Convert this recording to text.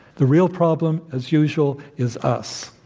the real problem, as usual, is us.